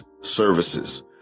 services